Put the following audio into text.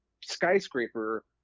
skyscraper